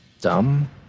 Dumb